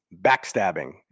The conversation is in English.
backstabbing